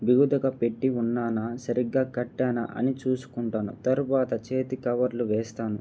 బిగుతగా పెట్టి ఉన్నానా సరిగ్గా కట్టానా అని చూసుకుంటాను తరువాత చేతి కవర్లు వేస్తాను